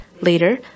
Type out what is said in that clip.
Later